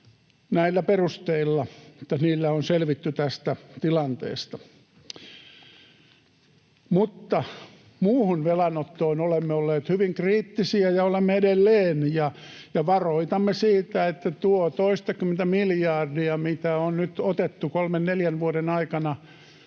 näillä perusteilla, että niillä on selvitty tästä tilanteesta, mutta muuhun velanottoon olemme olleet hyvin kriittisiä ja olemme edelleen. Varoitamme siitä, että tuo toistakymmentä miljardia, mitä on nyt otettu kolmen neljän vuoden aikana